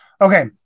Okay